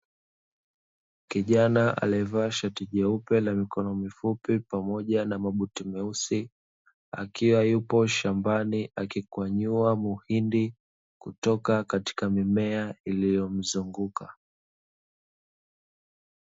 Kijna alieyavaa shati jeupe la mikono mifupi pamoja na mabuti akiwa shambani, akikwanyua muhindi katika maeneo yanayo mzunguka.